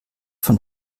von